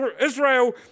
Israel